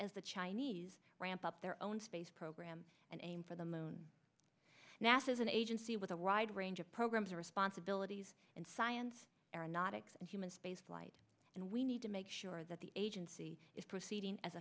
as the chinese ramp up their own space program and aim for the moon nasa is an agency with a wide range of programs responsibilities and science are not extend human spaceflight and we need to make sure that the agency is proceeding as